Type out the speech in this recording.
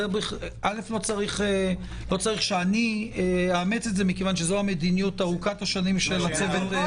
לא צריך שאני אאמץ את זה כי זו המדיניות ארוכת השנים של הצוות.